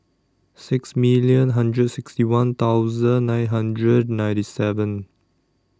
six million hundred sixty one thousand nine hundred ninety seven